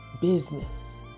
business